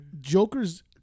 Joker's